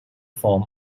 form